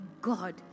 God